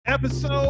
episode